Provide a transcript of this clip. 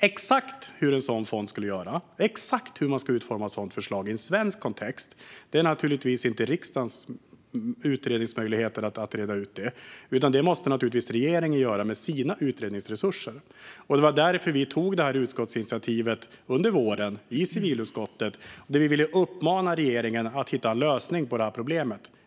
Exakt hur en sådan fond skulle göra eller exakt hur ett sådant förslag skulle utformas i en svensk kontext har naturligtvis inte riksdagen möjligheter att reda ut, utan det måste regeringen göra med sina utredningsresurser. Det var därför vi tog utskottsinitiativet under våren i civilutskottet. Vi ville uppmana regeringen att hitta en lösning på problemet.